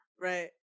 Right